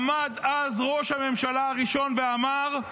עמד אז ראש הממשלה הראשון ואמר: